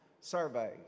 surveys